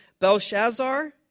Belshazzar